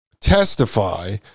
testify